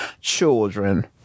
children